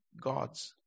God's